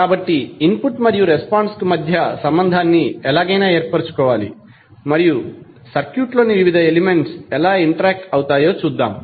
కాబట్టి ఇన్పుట్ మరియు రెస్పాన్స్ కు మధ్య సంబంధాన్ని ఎలాగైనా ఏర్పరచుకోవాలి మరియు సర్క్యూట్లోని వివిధ ఎలిమెంట్స్ ఎలా ఇంటరాక్ట్ అవుతాయో చూద్దాం